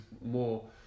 more